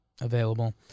Available